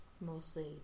mostly